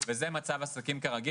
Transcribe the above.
וזה מצב 'עסקים כרגיל'.